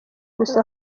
gusa